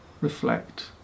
reflect